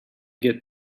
get